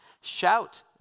Shout